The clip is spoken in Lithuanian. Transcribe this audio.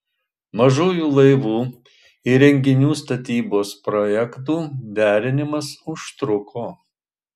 mažųjų laivų įrenginių statybos projektų derinimas užtruko